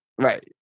right